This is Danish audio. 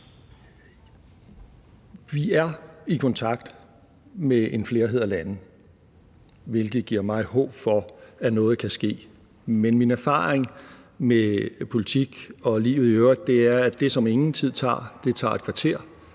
Vi er i kontakt med en flerhed af lande, hvilket giver mig håb om, at noget kan ske. Men min erfaring med politik og livet i øvrigt er, at det, som ingen tid tager, tager et kvarter,